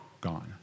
Gone